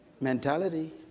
Mentality